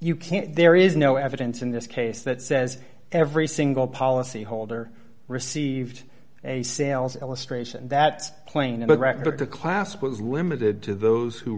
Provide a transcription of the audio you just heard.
you can't there is no evidence in this case that says every single policyholder received a sales illustration that plane of the record of the class was limited to those who